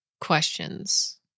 questions